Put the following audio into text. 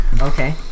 Okay